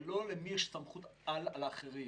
ולא למי יש סמכות-על על אחרים.